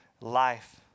life